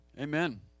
Amen